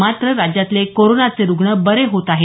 मात्र राज्यातले कोरोनाचे रुग्ण बरे होत आहेत